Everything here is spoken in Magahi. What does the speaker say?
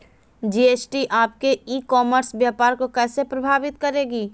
जी.एस.टी आपके ई कॉमर्स व्यापार को कैसे प्रभावित करेगी?